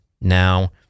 Now